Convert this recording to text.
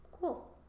Cool